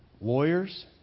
lawyers